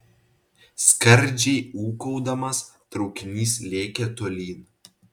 skardžiai ūkaudamas traukinys lėkė tolyn